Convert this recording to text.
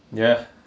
ya